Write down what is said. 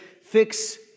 Fix